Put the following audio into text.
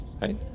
Right